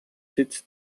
sitz